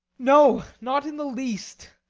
no, not in the least.